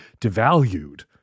devalued